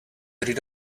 rid